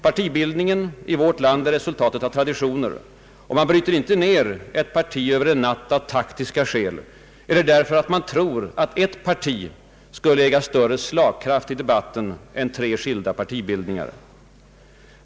Partibildningen i vårt land är resultatet av traditioner, och man bryter inte ner partier över en natt av taktiska skäl eller därför att man tror att ett parti skulle äga större slagkraft i debatten än tre skilda partibildningar.